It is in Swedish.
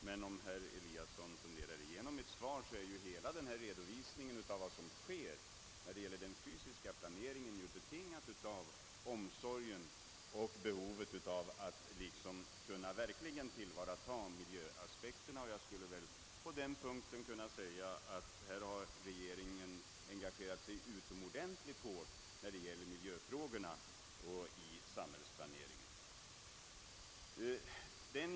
Men om herr Eliasson funderar igenom mitt svar skall han säkert finna att de åtgärder jag har redovisat när det gäller den fysiska planeringen verkligen är betingade av omsorgerna för och behovet av att tillgodose önskemålen när det gäller miljöaspekterna. Regeringen har engagerat sig utomordentligt hårt i miljöfrågorna i samhällsplaneringen.